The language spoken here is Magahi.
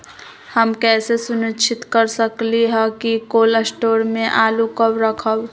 हम कैसे सुनिश्चित कर सकली ह कि कोल शटोर से आलू कब रखब?